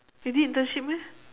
you did internship meh